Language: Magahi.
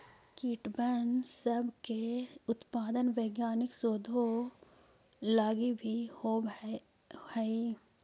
कीटबन सब के उत्पादन वैज्ञानिक शोधों लागी भी होब हई